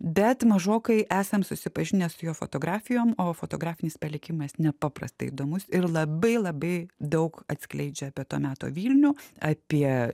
bet mažokai esam susipažinę su jo fotografijom o fotografinis palikimas nepaprastai įdomus ir labai labai daug atskleidžia apie to meto vilnių apie